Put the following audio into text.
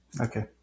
Okay